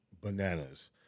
bananas